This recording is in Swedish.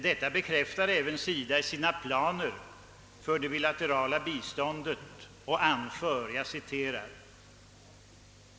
Detta bekräftar även SIDA i sina planer för det bilaterala biståndet.